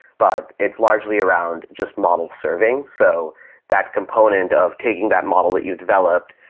but it's largely around just model serving. so that component of taking that model that you've developed,